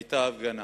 היתה הפגנה.